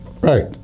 Right